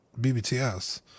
BBTS